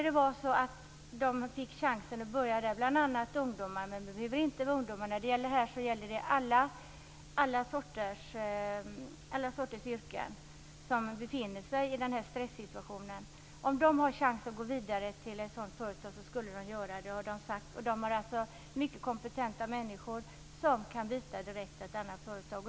Det kan vara ungdomar, men det behöver det inte vara, i det här avseendet befinner sig människor i alla sorters yrken i den här stressituationen. Skulle de få chansen att gå vidare och börja i ett sådant företag skulle de göra det, har de sagt. Det är alltså mycket kompetenta människor som kan byta direket till ett annat företag.